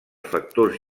factors